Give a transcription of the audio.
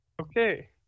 Okay